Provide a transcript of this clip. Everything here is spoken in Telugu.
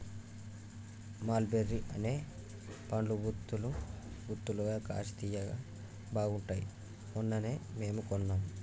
మల్ బెర్రీ అనే పండ్లు గుత్తులు గుత్తులుగా కాశి తియ్యగా బాగుంటాయ్ మొన్ననే మేము కొన్నాం